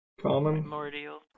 Common